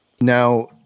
Now